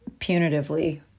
punitively